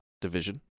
division